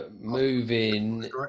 Moving